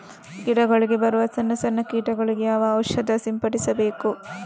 ಗಿಡಗಳಿಗೆ ಬರುವ ಸಣ್ಣ ಸಣ್ಣ ಕೀಟಗಳಿಗೆ ಯಾವ ಔಷಧ ಸಿಂಪಡಿಸಬೇಕು?